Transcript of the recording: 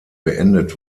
beendet